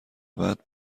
بعد